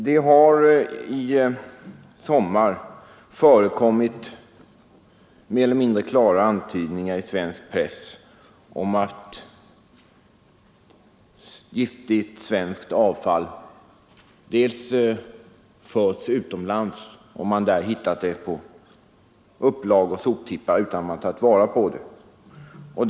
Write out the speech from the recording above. Det har i sommar i svensk press förekommit mer eller mindre klara antydningar om att giftigt svenskt avfall förts utomlands och där dumpats på upplag och soptippar utan att först ha behandlats på något sätt.